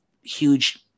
huge